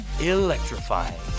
electrifying